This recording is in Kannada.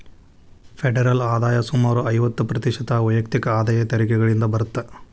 ಫೆಡರಲ್ ಆದಾಯ ಸುಮಾರು ಐವತ್ತ ಪ್ರತಿಶತ ವೈಯಕ್ತಿಕ ಆದಾಯ ತೆರಿಗೆಗಳಿಂದ ಬರತ್ತ